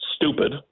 stupid